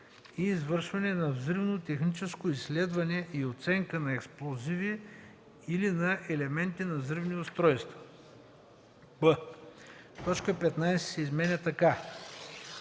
и извършване на взривно-техническо изследване и оценка на експлозиви или на елементи на взривни устройства;” б) точка 15 се изменя така: